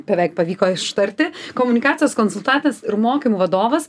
beveik pavyko ištarti komunikacijos konsultantas ir mokymų vadovas